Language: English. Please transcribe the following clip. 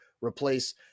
replace